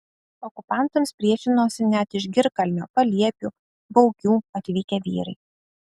okupantams priešinosi net iš girkalnio paliepių baukių atvykę vyrai